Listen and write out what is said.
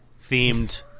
themed